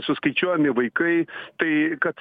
suskaičiuojami vaikai tai kad